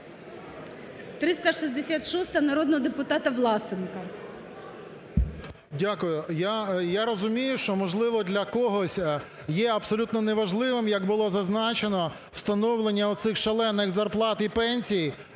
366-а, народного депутата Власенка.